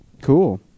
Cool